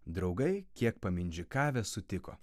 draugai kiek pamindžikavę sutiko